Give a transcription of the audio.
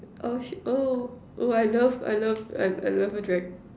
oh shit oh oh I love I love I love a drag